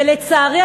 ולצערי,